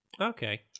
Okay